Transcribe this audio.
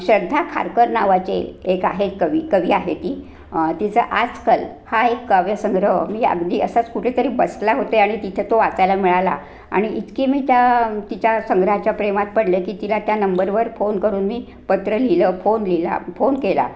श्रद्धा खारकर नावाचे एक आहे कवी कवी आहे ती तिचा आजकाल हा एक कव्यसंग्रह मी अगदी असाच कुठेतरी बसला होते आणि तिथं तो वाचायला मिळाला आणि इतकी मी त्या तिच्या संग्रहाच्या प्रेमात पडले की तिला त्या नंबरवर फोन करून मी पत्र लिहिलं फोन लिहिला फोन केला